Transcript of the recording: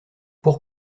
pour